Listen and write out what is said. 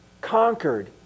conquered